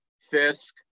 Fisk